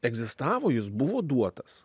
egzistavo jis buvo duotas